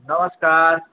नमस्कार